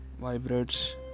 vibrates